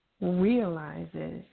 realizes